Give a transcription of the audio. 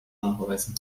nachweisen